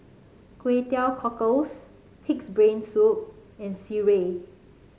Kway Teow Cockles pig's brain soup and sireh